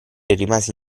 rimase